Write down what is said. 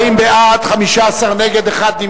התשע"א 2010, לדיון